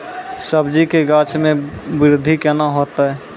सब्जी के गाछ मे बृद्धि कैना होतै?